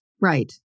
right